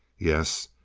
yes,